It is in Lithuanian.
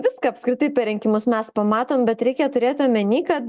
viską apskritai per rinkimus mes pamatom bet reikia turėt omeny kad